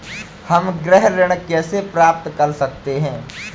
हम गृह ऋण कैसे प्राप्त कर सकते हैं?